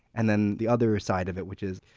and then the other side of it, which is,